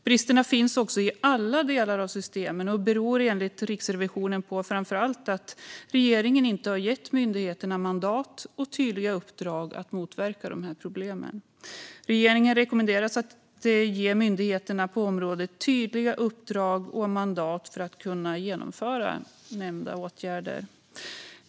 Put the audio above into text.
Bristerna finns i alla delar av systemet och beror enligt Riksrevisionen framför allt på att regeringen inte har gett myndigheterna mandat och tydliga uppdrag att motverka problemet. Regeringen rekommenderas att ge myndigheterna på området tydliga uppdrag och mandat för att kunna genomföra åtgärder.